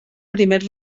primer